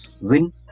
win